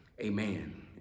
Amen